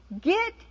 Get